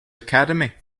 academy